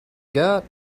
got